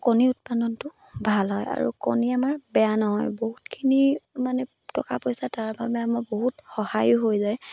কণী উৎপাদনটো ভাল হয় আৰু কণী আমাৰ বেয়া নহয় বহুতখিনি মানে টকা পইচা তাৰ বাবে আমাৰ বহুত সহায়ো হৈ যায়